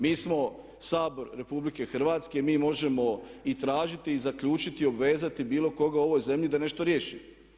Mi smo Sabor RH, mi možemo i tražiti i zaključiti i obvezati bilo koga u ovoj zemlji da nešto riješimo.